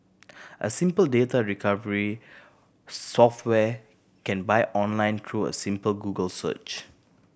a simple data recovery software can buy online through a simple Google search